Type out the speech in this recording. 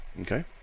Okay